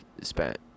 spent